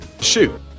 Shoot